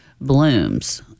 blooms